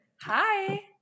Hi